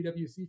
PWC